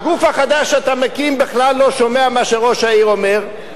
הגוף החדש שאתה מקים בכלל לא שומע מה שראש העיר אומר,